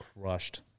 crushed